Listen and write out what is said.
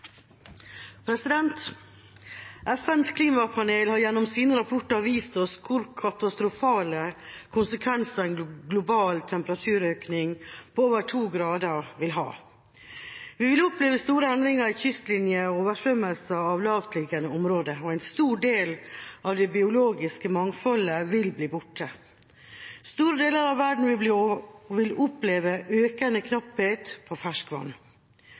FNs klimapanel har gjennom sine rapporter vist oss hvor katastrofale konsekvenser en global temperaturøkning på over 2 grader vil ha. Vi vil oppleve store endringer i kystlinjer og oversvømmelse av lavtliggende områder. En stor del av det biologiske mangfoldet vil bli borte. Store deler av verden vil oppleve økende knapphet på ferskvann.